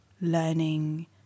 learning